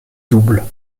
double